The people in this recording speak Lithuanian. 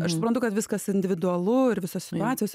aš suprantu kad viskas individualu ir visos situacijos